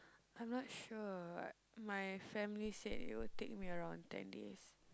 I'm not sure my family say it will take me around ten days